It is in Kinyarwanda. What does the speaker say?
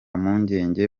mpungenge